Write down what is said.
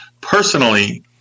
Personally